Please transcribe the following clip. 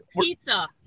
pizza